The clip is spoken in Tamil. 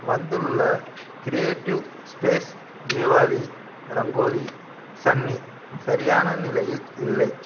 வந்துள்ள க்ரியேடிவ் ஸ்பேஸ் தீபாவளி ரங்கோலி சன்னி சரியான நிலையில் இல்லை